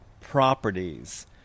properties